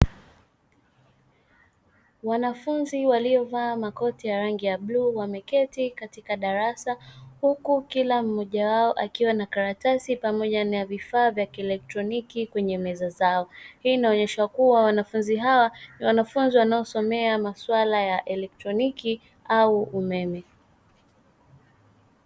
Wanafunzi waliovaa makoti ya rangi ya bluu, wameketi katika darasa huku kila mmoja wao akiwa na karatasi pamoja na vifaa vya kielektroniki kwenye meza zao, hii inaonyesha kuwa wanafunzi hawa ni wanafunzi wanaosomea masuala ya elektroniki au umeme.